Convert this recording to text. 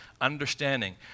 understanding